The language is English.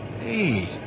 Hey